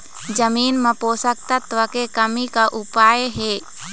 जमीन म पोषकतत्व के कमी का उपाय हे?